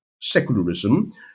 secularism